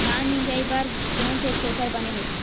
धान मिंजई बर कोन से थ्रेसर बने होथे?